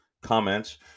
comments